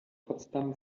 potsdam